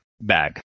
bag